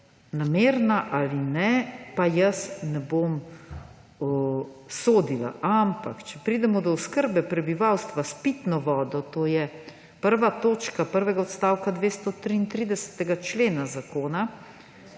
namerna ali ne, jaz ne bom sodila. Ampak če pridemo do oskrbe prebivalstva s pitno vodo, to je 1. točka prvega odstavka 233. člena zakona,